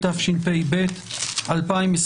התשפ"ב-2021